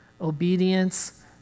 obedience